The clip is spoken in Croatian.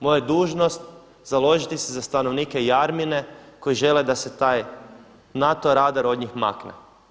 Moja je dužnost založiti se za stanovnike Jarmine koji žele da se taj NATO radar od njih makne.